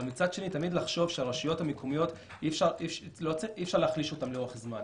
אבל מצד שני תמיד לחשוב שאי אפשר להחליש את הרשויות המקומיות לאורך זמן,